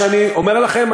שאני אומר לכם,